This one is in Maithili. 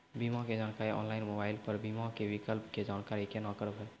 बीमा के जानकारी ऑनलाइन मोबाइल पर बीमा के विकल्प के जानकारी केना करभै?